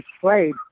played